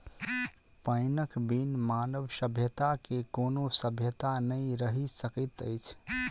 पाइनक बिन मानव सभ्यता के कोनो सभ्यता नै रहि सकैत अछि